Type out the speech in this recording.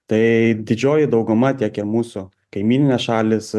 tai didžioji dauguma tiek ir mūsų kaimyninės šalys